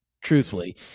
Truthfully